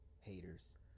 Haters